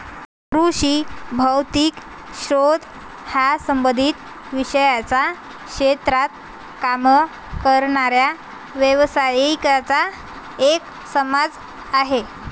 कृषी भौतिक शास्त्र हा संबंधित विषयांच्या क्षेत्रात काम करणाऱ्या व्यावसायिकांचा एक समाज आहे